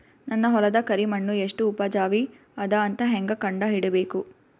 ನನ್ನ ಹೊಲದ ಕರಿ ಮಣ್ಣು ಎಷ್ಟು ಉಪಜಾವಿ ಅದ ಅಂತ ಹೇಂಗ ಕಂಡ ಹಿಡಿಬೇಕು?